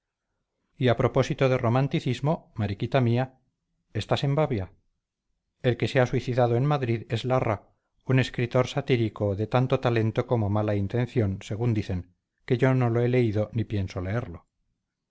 y a propósito de romanticismo mariquita mía estás en babia el que se ha suicidado en madrid es larra un escritor satírico de tanto talento como mala intención según dicen que yo no lo he leído ni pienso leerlo